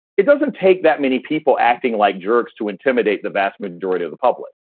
it doesn't take that many people acting like jerks to intimidate the vast majority of the public.